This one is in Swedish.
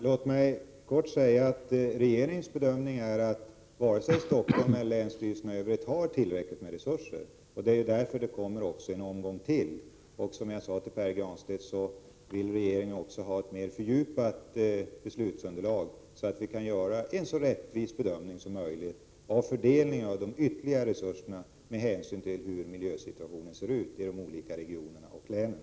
Herr talman! Regeringens bedömning är att vare sig länsstyrelsen i Stockholms län eller länsstyrelserna i andra län har tillräckligt med resurser. Det är därför det blir ytterligare en omgång med pengar. Som jag sade vill regeringen också ha ett fördjupat beslutsunderlag, så att vi kan göra en så rättvis bedömning som möjligt i fråga om fördelningen av de ytterligare resurserna med hänsyn till miljösituationen i de olika regionerna och länen.